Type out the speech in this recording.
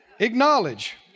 Acknowledge